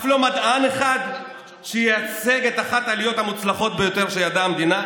אף לא מדען אחד שייצג את אחת העליות המוצלחות ביותר שידעה המדינה?